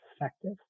effective